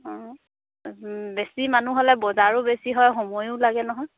অঁ বেছি মানুহ হ'লে বজাৰো বেছি হয় সময়ো লাগে নহয়